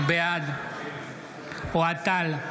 בעד אוהד טל,